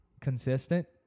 consistent